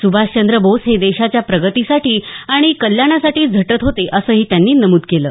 सुभाषचंद्र बोस हे देशाच्या प्रगतीसाठी आणि कल्याणासाठी झटत होते असंही त्यांनी नमुद केलं आहे